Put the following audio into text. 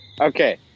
Okay